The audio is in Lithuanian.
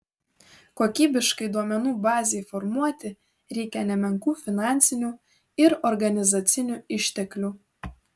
kokybiškai duomenų bazei formuoti reikia nemenkų finansinių ir organizacinių išteklių